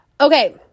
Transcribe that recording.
Okay